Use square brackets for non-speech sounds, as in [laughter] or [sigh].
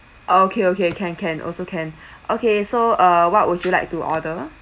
okay okay can can also can [breath] okay so uh what would you like to order